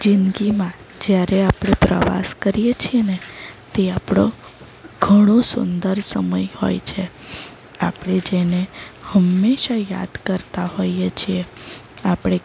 જિંદગીમાં જ્યારે આપણે પ્રવાસ કરીએ છીએ ને તે આપણો ઘણો સુંદર સમય હોય છે આપણે જેને હંમેશા યાદ કરતાં હોઈએ છીએ આપણે